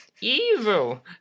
evil